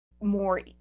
more